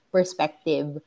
perspective